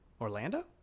Orlando